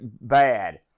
bad